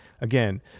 Again